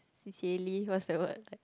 c_c_a what's that word